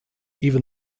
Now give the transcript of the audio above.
even